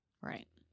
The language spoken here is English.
right